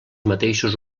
mateixos